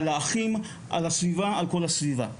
על האחים ועל כל הסביבה.